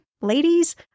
ladies